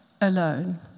alone